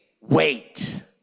Wait